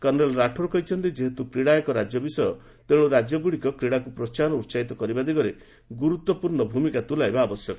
colonel Rathore କହିଛନ୍ତି ଯେହେତୁ କ୍ରୀଡ଼ା ଏକ ରାଜ୍ୟ ବିଷୟ ତେଣୁ ରାଜ୍ୟଗୁଡ଼ିକ କ୍ରୀଡ଼ାକୁ ପ୍ରୋହାହନ ଓ ଉସାହିତ କରିବା ଦିଗରେ ଗୁରୁତ୍ୱପୂର୍ଣ୍ଣ ଭୂମିକା ତୁଲାଇବା ଆବଶ୍ୟକ